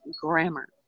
grammar